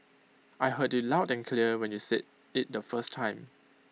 I heard you loud and clear when you said IT the first time